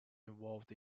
involved